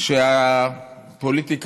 אדוני